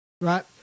right